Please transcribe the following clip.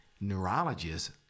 neurologist